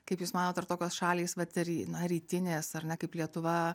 kaip jūs manot ar tokios šalys vat ir na rytinės ar ne kaip lietuva